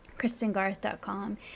KristenGarth.com